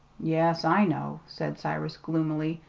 yes, i know, said cyrus gloomily.